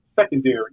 secondary